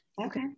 Okay